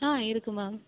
ஆ இருக்குது மேம்